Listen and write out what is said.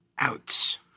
Out